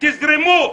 תזרמו.